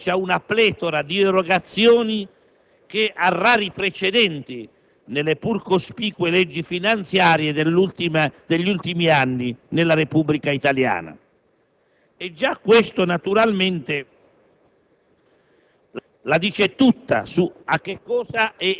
esattamente dall'articolo 2 comincia una pletora di erogazioni che ha rari precedenti nelle pur cospicue leggi finanziarie degli ultimi anni nella Repubblica italiana. Già questo naturalmente